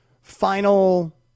final